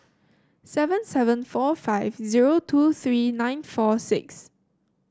seven seven four five zero two three nine four six